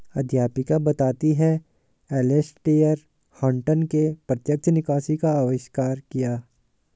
अध्यापिका बताती हैं एलेसटेयर हटंन ने प्रत्यक्ष निकासी का अविष्कार किया